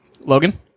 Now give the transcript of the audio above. Logan